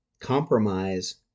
compromise